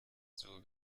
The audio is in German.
zur